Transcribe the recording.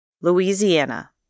Louisiana